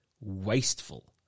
wasteful